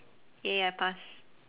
!yay! I pass